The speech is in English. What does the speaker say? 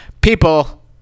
People